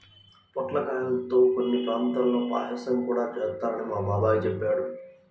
పొట్లకాయల్తో కొన్ని ప్రాంతాల్లో పాయసం గూడా చేత్తారని మా బాబాయ్ చెప్పాడు